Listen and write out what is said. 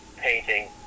painting